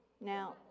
Now